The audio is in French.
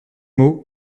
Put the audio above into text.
mots